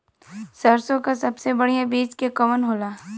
सरसों क सबसे बढ़िया बिज के कवन होला?